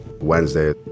Wednesday